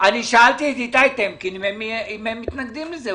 שאלתי את איתי טמקין אם הם מתנגדים לזה.